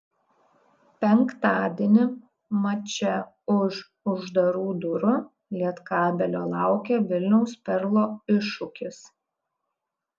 penktadienį mače už uždarų durų lietkabelio laukia vilniaus perlo iššūkis